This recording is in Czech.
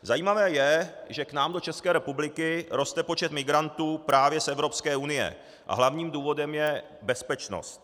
Zajímavé je, že k nám do České republiky roste počet migrantů právě z Evropské unie a hlavním důvodem je bezpečnost.